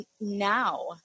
now